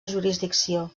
jurisdicció